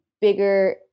bigger